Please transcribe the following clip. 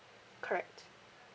correct